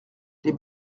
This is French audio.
les